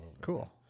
Cool